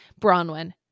Bronwyn